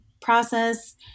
process